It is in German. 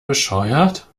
bescheuert